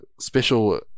special